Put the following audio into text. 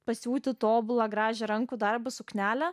pasiūti tobulą gražią rankų darbo suknelę